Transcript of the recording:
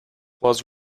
was